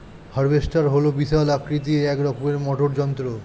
harvester হল বিশাল আকৃতির এক রকমের মোটর যন্ত্র